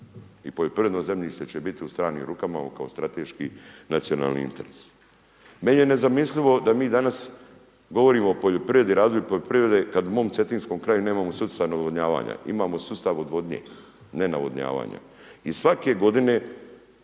I poljoprivredno zemljište će biti u stranim rukama, kao strateški nacionalni interes. Meni je nezamislivo da mi danas govorimo o poljoprivredi, razvoju poljoprivrede, kad u momom cetinskom kraju nemamo sustav navodnjavanja. Imamo